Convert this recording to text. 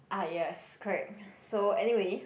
ah yes correct so anyway